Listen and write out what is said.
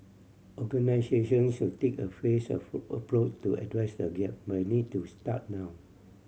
organisations should take a phased approach to address the gap but they need to start now